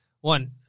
one